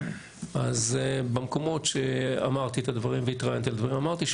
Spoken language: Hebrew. אז במקומות שאמרתי את הדברים והתראיינתי על הדברים אמרתי,